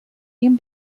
ihm